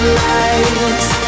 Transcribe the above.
lights